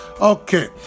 okay